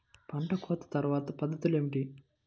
పంట కోత తర్వాత పద్ధతులు ఏమిటి?